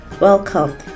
welcome